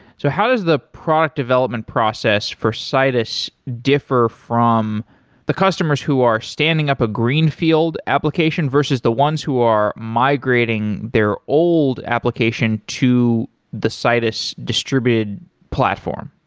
so how does the product development process for citus differ from the customers who are standing up a greenfield application versus the ones who are migrating their old application to the citus distributed platform?